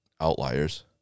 outliers